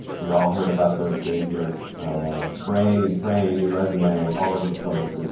we all heard about those days of spraying and praying your resume all over the place. and